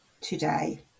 today